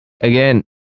again